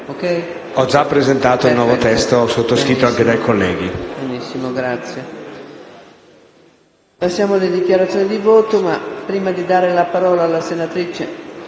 Ho già presentato un nuovo testo sottoscritto anche dai colleghi.